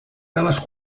veles